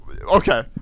Okay